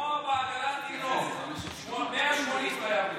כמו בעגלת תינוק, זה חייב להיות 180,